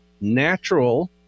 natural